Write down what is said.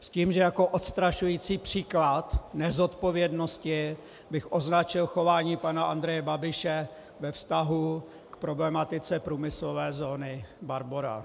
S tím, že jako odstrašující příklad nezodpovědnosti bych označil chování pana Andreje Babiše ve vztahu k problematice průmyslové zóny Barbora.